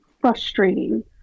frustrating